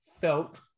felt